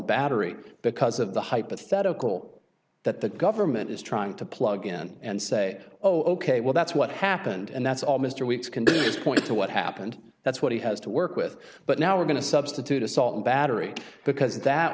battery because of the hypothetical that the government is trying to plug in and say oh ok well that's what happened and that's all mr weeks can do is point to what happened that's what he has to work with but now we're going to substitute assault and battery because that